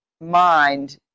mind